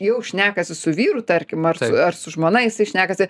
jau šnekasi su vyru tarkim ar ar su žmona jisai šnekasi